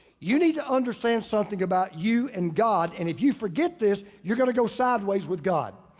you need to understand something about you and god and if you forget this, you're gonna go sideways with god.